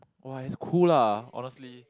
!wah! it's cool lah honestly